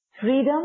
Freedom